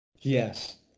Yes